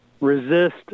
resist